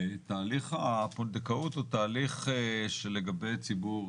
תהליך הפונדקאות הוא תהליך שלגבי ציבור